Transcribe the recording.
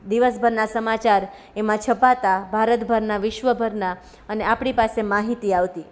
દિવસભરના સમાચાર એમાં છપાતા ભારતભરના વિશ્વભરના અને આપણી પાસે માહિતી આવતી